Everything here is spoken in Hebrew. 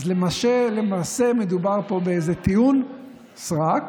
אז למעשה מדובר פה באיזה טיעון סרק,